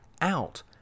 out